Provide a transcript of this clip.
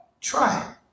Try